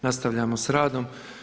Nastavljamo s radom.